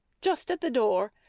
just at the door.